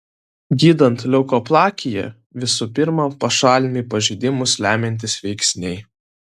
gydant leukoplakiją visų pirma pašalinami pažeidimus lemiantys veiksniai